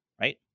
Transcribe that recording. Right